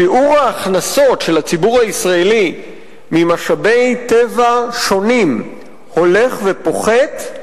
שיעור ההכנסות של הציבור הישראלי ממשאבי טבע שונים הולך ופוחת,